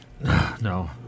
No